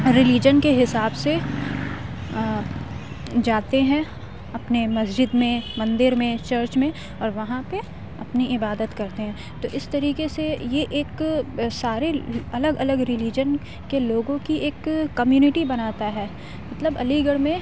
religion کے حساب سے جاتے ہیں اپنے مسجد میں مندر میں چرچ میں اور وہاں پہ اپنی عبادت کرتے ہیں تو اس طریقے سے یہ ایک سارے الگ الگ رلیجن کے لوگوں کی ایک کمیونٹی بناتا ہے مطلب علی گڑھ میں